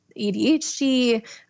ADHD